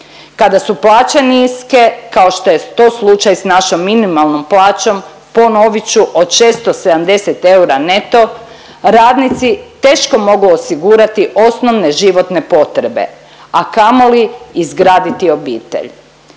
Kada su plaće niske kao što je to slučaj s našom minimalnom plaćom, ponovit ću od 670 eura neto, radnici teško mogu osigurati osnovne životne potrebe, a kamoli izgraditi obitelj.